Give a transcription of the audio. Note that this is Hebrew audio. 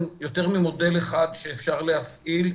ואם לא לסגר השלישי,